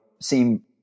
seem